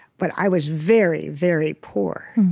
but i was very, very poor.